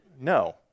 No